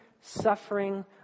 suffering